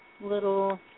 little